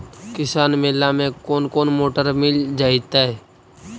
किसान मेला में कोन कोन मोटर मिल जैतै?